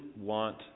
want